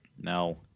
No